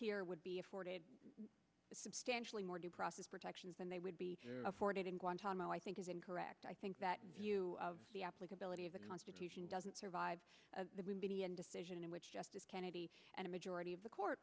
here would be afforded substantially more due process protections than they would be afforded in guantanamo i think is incorrect i think that view of the applicability of the constitution doesn't survive a decision in which justice kennedy and a majority of the court